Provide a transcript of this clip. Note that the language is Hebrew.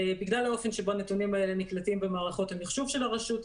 בגלל האופן שבו הנתונים האלה נקלטים במערכות המחשוב של הרשות,